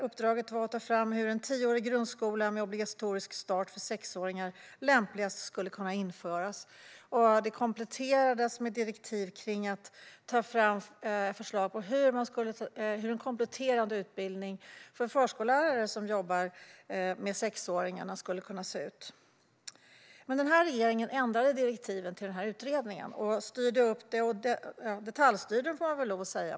Uppdraget var att ta fram förslag om hur en tioårig grundskola med obligatorisk start för sexåringar lämpligast skulle kunna införas. Det kompletterades med direktiv kring att ta fram förslag på hur en kompletterande utbildning för förskollärare som jobbar med sexåringar skulle kunna se ut. Men denna regering ändrade direktiven till utredningen och detaljstyrde den, får jag väl lov att säga.